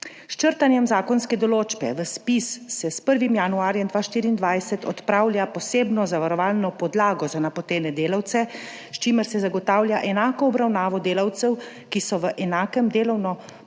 S črtanjem zakonske določbe v ZPIZ se s 1. januarjem 2024 odpravlja posebna zavarovalna podlaga za napotene delavce, s čimer se zagotavlja enaka obravnava delavcev, ki so v enakem delovnopravnem